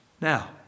Now